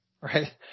Right